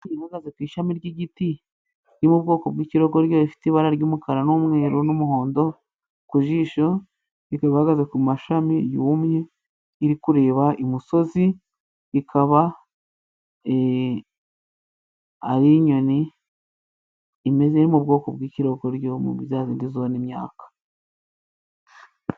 Inuma ihagaze ku ishami ry'igiti yo mu bwoko bw'ikirogoryo, ifite ibara ry'umukara n'umweru n'umuhondo ku jisho, ikaba ihagaze ku mashami yumye, iri kureba imusozi. Ikaba ari inyoni imeze nk''ubwoko bw'ikirogoryo muri za zindi zonaga imyaka.